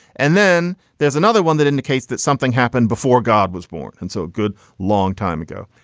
and then there's another one that indicates that something happened before god was born. and so a good long time ago.